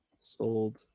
sold